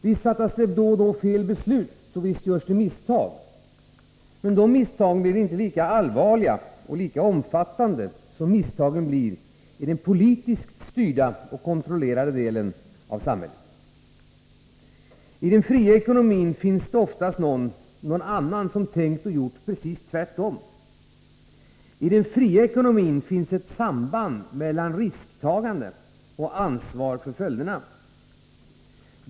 Visst fattas det då också fel beslut och görs misstag, men dessa blir inte lika allvarliga och omfattande som misstagen i den politiskt styrda och kontrollerade delen av samhället. I den fria ekonomin finns det oftast någon annan som tänkt och gjort tvärtom. I den fria ekonomin finns ett samband mellan risktagande och ansvar för följderna.